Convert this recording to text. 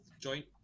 joint